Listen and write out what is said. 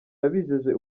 yabijeje